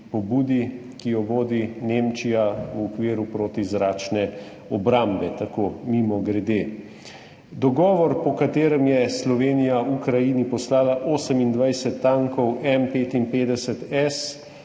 tudi pobudi, ki jo vodi Nemčija v okviru protizračne obrambe, tako mimogrede. Dogovor, po katerem je Slovenija Ukrajini poslala 28 tankov M-55S,